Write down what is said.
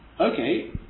okay